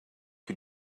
you